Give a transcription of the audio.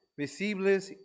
visibles